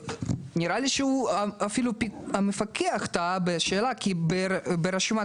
נראה לי שהמפקח טעה בשאלה כי ברשימת